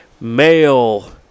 Male